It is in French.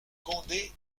condé